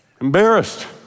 Embarrassed